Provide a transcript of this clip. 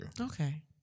Okay